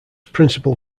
principal